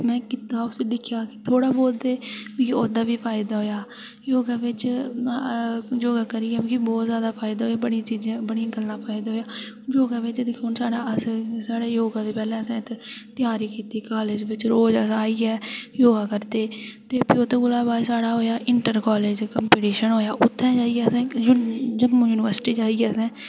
में कीता उसी दिक्खेआ थोह्ड़ा बहुत ते ओह्दा बी फायदा होआ योगा बिच योगा करियै मिगी बहुत जादा फायदा होआ बड़ियां चीज़ां बड़ियां गल्लां दा फायदा होया योगा बिच दिक्खो हू'न साढ़ा अस साढ़े योगा दे पैह्लें इत्थें अस तेआरी कीती कॉलेज बिच रोज़ आइयै अस योगा करदे हे ते भी ओह्दे बाद साढ़ा होआ इंटर कॉलेज बिच कम्पीटीशन होआ उत्थै जाइयै मिगी आखदे जम्मू सुनिवर्सिटी जाइयै